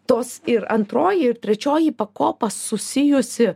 tos ir antroji ir trečioji pakopa susijusi